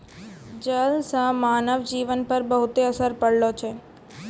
जल से मानव जीवन पर बहुते असर पड़लो छै